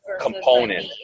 component